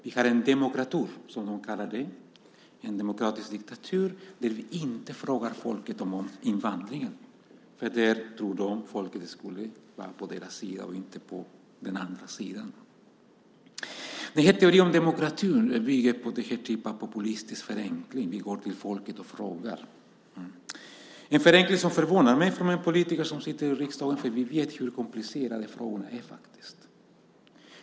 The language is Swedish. Vi har en "demokratur", som de kallar det, det vill säga en demokratisk diktatur där vi inte frågar folket om invandringen. De tror att folket skulle vara på deras sida och inte på den andra sidan. Teorin om "demokratur" bygger på en typ av populistisk förenkling: Vi går till folket och frågar. Det är en förenkling från en politiker som sitter i riksdagen som förvånar mig. Vi vet hur komplicerade frågorna faktiskt är.